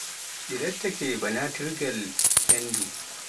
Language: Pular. ɗi laataake ba natirgol henndu.